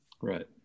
Right